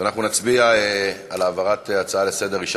אנחנו נצביע על העברת ההצעה לסדר-היום: